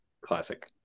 Classic